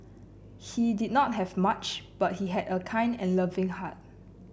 he did not have much but he had a kind and loving heart